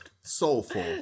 Soulful